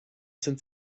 sind